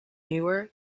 newer